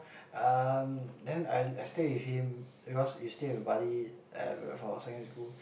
um then I I stay with him because we stay in Bali uh for secondary school